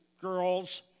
girls